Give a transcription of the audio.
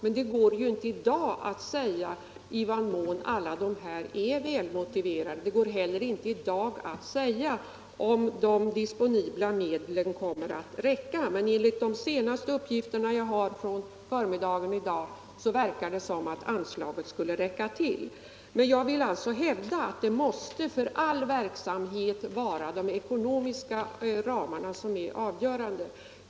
Men man kan i dag inte säga att alla ansökningar är välmotiverade. Det går i dag heller inte att säga om de disponibla medlen kommer att räcka. Men enligt de uppgifter jag fått i dag på förmiddagen verkar det som 41 ningsinstitutets beroende av forskningsanslag från bryggeriindustrin om anslaget skulle räcka till. Jag vill alltså hävda att för all verksamhet måste de ekonomiska ramarna vara avgörande.